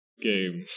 game